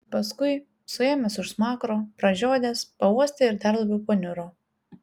paskui suėmęs už smakro pražiodęs pauostė ir dar labiau paniuro